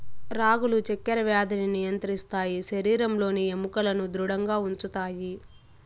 రాగులు చక్కర వ్యాధిని నియంత్రిస్తాయి శరీరంలోని ఎముకలను ధృడంగా ఉంచుతాయి